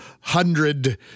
hundred